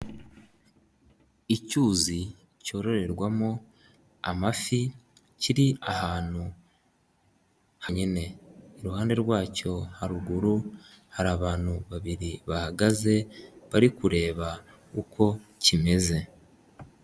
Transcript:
Icyuzi cyororerwamo amafi kiri ahantu hanyene, iruhande rwacyo haruguru hari abantu babiri bahagaze bari kureba uko kimeze.